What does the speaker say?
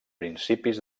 principis